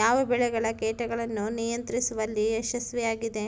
ಯಾವ ಬೆಳೆಗಳ ಕೇಟಗಳನ್ನು ನಿಯಂತ್ರಿಸುವಲ್ಲಿ ಯಶಸ್ವಿಯಾಗಿದೆ?